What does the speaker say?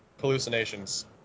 hallucinations